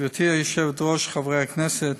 גברתי היושבת-ראש, חברי הכנסת,